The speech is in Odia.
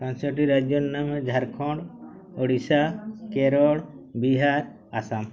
ପାଞ୍ଚଟି ରାଜ୍ୟର ନାମ ଝାରଖଣ୍ଡ ଓଡ଼ିଶା କେରଳ ବିହାର ଆସାମ